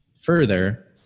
further